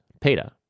Peter